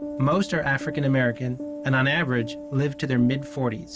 most are african-american and, on average, live to their mid forty